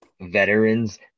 veterans